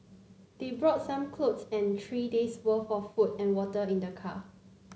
they brought some clothes and three days'worth of food and water in their car